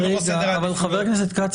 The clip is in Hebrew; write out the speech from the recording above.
לא סתם בוצע --- איזה מאסר לכל דבר?